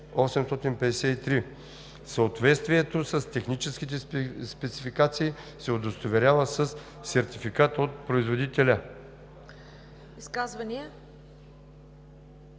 Съответствието с техническите спецификации се удостоверява със сертификат от производителя.“